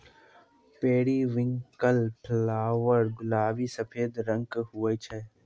periwinkle flower गुलाबी सफेद रंग के हुवै छै